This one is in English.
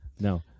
No